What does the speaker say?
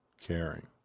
Caring